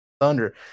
Thunder